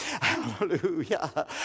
Hallelujah